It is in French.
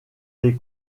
des